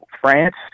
France